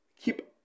keep